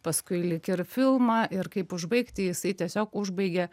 paskui lyg ir filmą ir kaip užbaigti jisai tiesiog užbaigė